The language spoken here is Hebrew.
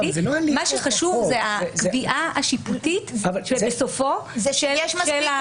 מה שחשוב זאת הקביעה השיפוטית --- כאשר יש מספיק